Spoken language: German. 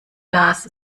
das